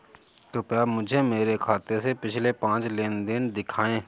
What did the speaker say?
कृपया मुझे मेरे खाते से पिछले पांच लेन देन दिखाएं